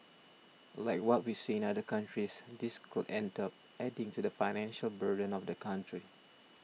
like what we see in other countries this could end up adding to the financial burden of the country